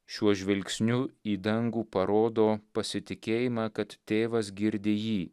šiuo žvilgsniu į dangų parodo pasitikėjimą kad tėvas girdi jį